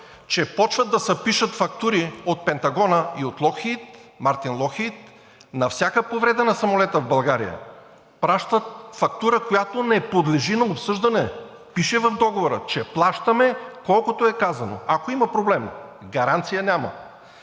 че започват да се пишат фактури от Пентагона и от Lockheed Martin – на всяка повреда на самолета в България пращат фактура, която не подлежи на обсъждане. Пише в договора, че плащаме колкото е казано – ако има проблем, гаранция няма.